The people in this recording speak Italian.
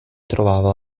trovavo